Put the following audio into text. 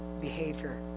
behavior